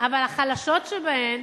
אבל החלשות שבהן,